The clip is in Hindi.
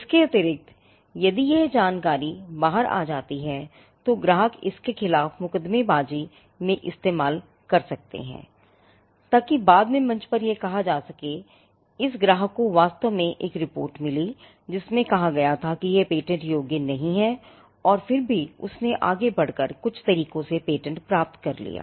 इसके अतिरिक्त यदि यह जानकारी बाहर आ जाती है तो इसे ग्राहक के खिलाफ मुकदमेबाजी में इस्तेमाल किया जा सकता है ताकि बाद में मंच पर यह कहा जा सके इस ग्राहक को वास्तव में एक रिपोर्ट मिली जिसमें कहा गया था कि यह पेटेंट योग्य नहीं है और फिर भी उसने आगे बढ़कर कुछ तरीकों से पेटेंट प्राप्त कर लिया